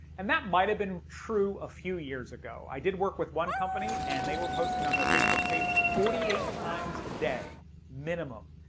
and that might have been true a few years ago. i did work with one company and they were posting on their facebook page forty eight times a day minimum.